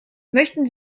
möchten